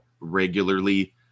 regularly